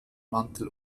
mantel